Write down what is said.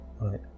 Right